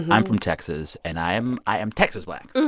i'm from texas, and i am i am texas black.